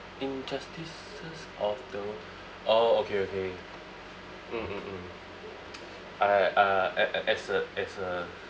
injustices of the orh okay okay mm mm mm I uh a~ a~ as a as a